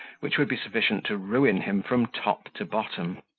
which would be sufficient to ruin him from top to bottom.